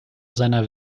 seiner